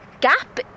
gap